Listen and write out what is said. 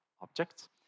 objects